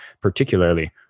particularly